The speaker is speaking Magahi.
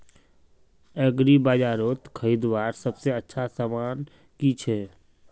एग्रीबाजारोत खरीदवार सबसे अच्छा सामान की छे?